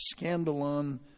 scandalon